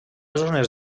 zones